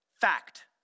Fact